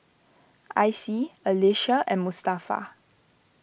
Icie Alysha and Mustafa